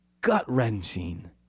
gut-wrenching